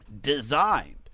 designed